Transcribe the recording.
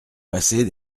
passer